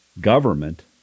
government